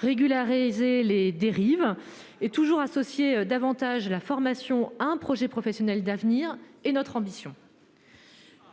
Régulariser les dérives et toujours associer davantage la formation un projet professionnel d'avenir et notre ambition.--